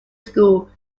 school